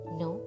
no